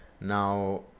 now